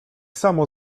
samo